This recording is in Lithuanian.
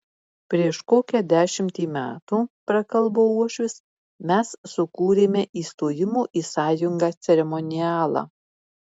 prieš kokią dešimtį metų prakalbo uošvis mes sukūrėme įstojimo į sąjungą ceremonialą